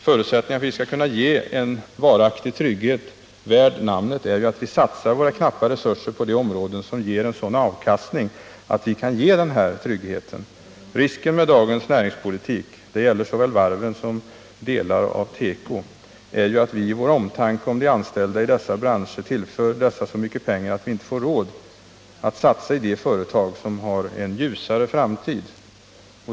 Förutsättningen för att vi skall kunna skapa varaktig trygghet, värd namnet, är att vi satsar våra knappa resurser på områden som ger avkastning. Risken med dagens näringspolitik — det gäller såväl varven som delar av teko — är ju att vi i vår omtanke om de anställda tillför dessa branscher så mycket pengar att vi inte får råd att satsa på de företag som har en ljusare framtid.